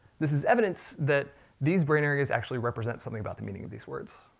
this is evidence that these brain areas actually represent something about the meaning of these words.